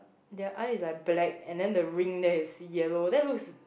their eye is like black and then ring there is yellow that was